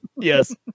Yes